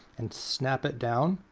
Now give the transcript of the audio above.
and snap it down.